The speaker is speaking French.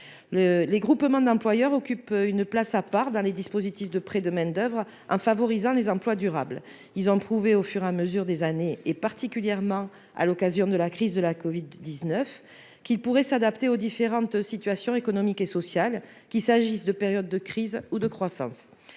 les groupements d'employeurs, occupe une place à part dans les dispositifs de prêt de main-d'oeuvre en favorisant des emplois durables, ils ont trouvé au fur et à mesure des années, et particulièrement à l'occasion de la crise de la Covid 19 qu'il pourrait s'adapter aux différentes situations économiques et sociales, qu'il s'agisse de périodes de crise ou de croissance,